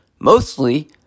Mostly